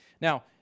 Now